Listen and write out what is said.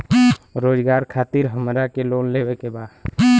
रोजगार खातीर हमरा के लोन लेवे के बा?